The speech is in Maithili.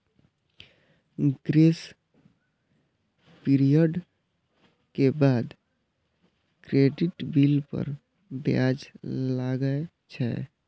ग्रेस पीरियड के बाद क्रेडिट बिल पर ब्याज लागै छै